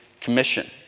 commission